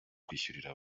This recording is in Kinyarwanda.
kwishyurira